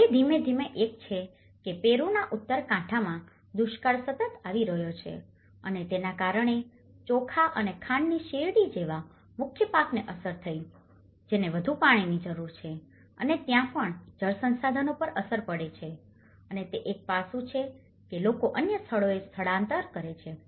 હવે ધીમે ધીમે એક છે કે પેરુના ઉત્તર કાંઠામાં દુષ્કાળ સતત આવી રહ્યો છે અને તેના કારણે ચોખા અને ખાંડની શેરડી જેવા મુખ્ય પાકને અસર થઈ છે જેને વધુ પાણીની જરૂર છે અને ત્યાં પણ જળ સંસાધનો પર પણ અસર પડે છે અને તે એક પાસું છે કે લોકો અન્ય સ્થળોએ સ્થળાંતર કરે છે